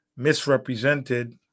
Misrepresented